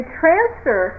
transfer